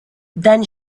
then